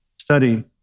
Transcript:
study